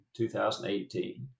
2018